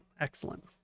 excellent